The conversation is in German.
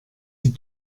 die